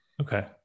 okay